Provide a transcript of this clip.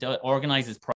organizes